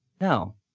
No